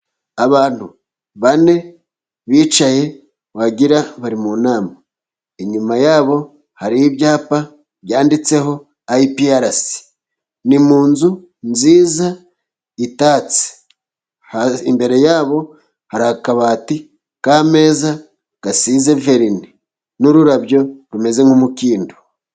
Abantu bane bicaye wagira ngo bari mu nama, inyuma yabo hariho ibyapa byanditseho IPRS. Ni mu nzu nziza itatse, imbere yabo hari akabati k'ameza gasize verini n'ururabyo rumeze nk'umukindo.